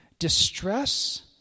Distress